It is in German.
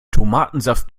tomatensaft